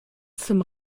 zum